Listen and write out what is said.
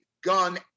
gun